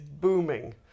booming